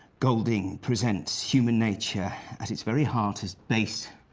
golding presents human nature at its very heart as base,